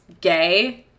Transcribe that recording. gay